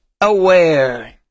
aware